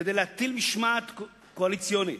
כדי להטיל משמעת קואליציונית,